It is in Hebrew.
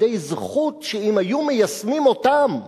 צדדי זכות שאם היו מיישמים אותם,